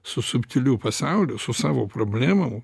su subtiliu pasauliu su savo problemom